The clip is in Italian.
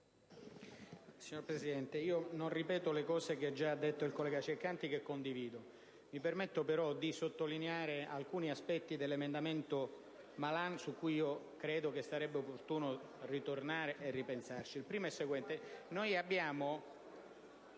Signor Presidente, non ripeterò le cose che ha già detto il collega Ceccanti, che condivido. Mi permetto però di sottolineare alcuni aspetti dell'emendamento presentato dal senatore Malan su cui credo sarebbe opportuno ritornare per ripensarci.